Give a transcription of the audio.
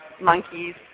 monkeys